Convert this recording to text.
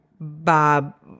Bob